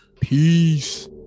Peace